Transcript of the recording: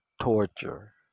torture